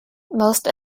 most